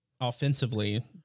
offensively